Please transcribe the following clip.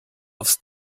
aufs